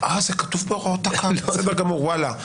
אהה, זה כתוב בהוראות תכ"ם, בסדר גמור, וואלה...